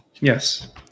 Yes